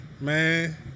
Man